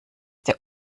der